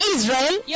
Israel